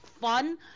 fun